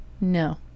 no